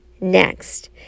next